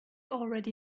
already